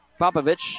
Popovich